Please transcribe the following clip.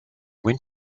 went